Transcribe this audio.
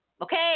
Okay